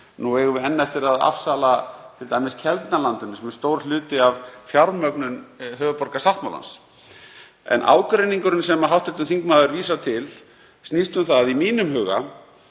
Nú eigum við enn eftir að afsala t.d. Keldnalandinu sem er stór hluti af fjármögnun höfuðborgasáttmálans. En ágreiningurinn sem hv. þingmaður vísar til snýst um það í mínum huga